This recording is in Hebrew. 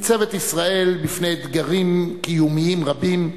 ישראל ניצבת בפני אתגרים קיומיים רבים,